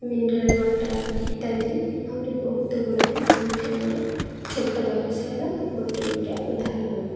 mineral water ଇତ୍ୟାଦି ଆହୁରି ବହୁତ ଗୁଡ଼ାଏ ହେଉଛି ଆମର ଛୋଟ ବ୍ୟବସାୟର ଗୋଟେ ଗୋଟେ ଉଦାହରଣ